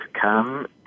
come